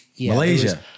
Malaysia